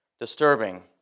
disturbing